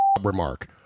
remark